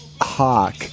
Hawk